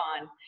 on